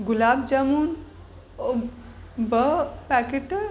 गुलाब जामुन जो ॿ पैकट